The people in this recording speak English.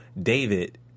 David